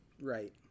Right